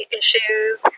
issues